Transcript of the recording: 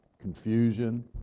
confusion